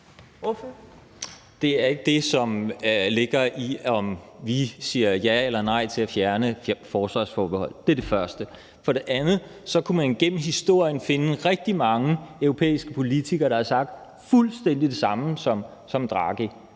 Det er ikke det, der ligger i, om vi siger ja eller nej til at fjerne forsvarsforbeholdet. Det er det første. For det andet kan man op gennem historien finde rigtig mange europæiske politikere, der på helt andre tidspunkter har sagt fuldstændig det samme som Mario